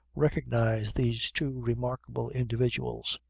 recognize these two remarkable individuals.